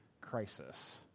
crisis